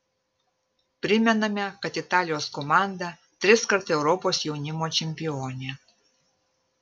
primename kad italijos komanda triskart europos jaunimo čempionė